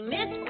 Miss